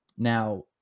Now